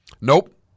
Nope